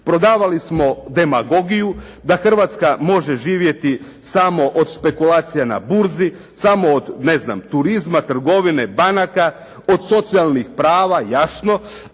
Prodavali smo demagogiju da Hrvatska može živjeti samo od špekulacija na burzi, samo od ne znam turizma, trgovine, banaka, od socijalnih prava jasno,